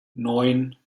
neun